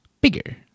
bigger